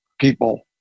people